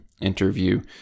interview